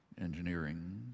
engineering